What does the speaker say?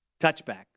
Touchback